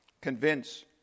Convince